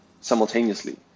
simultaneously